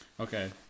Okay